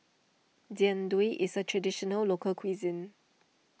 Jian Dui is a Traditional Local Cuisine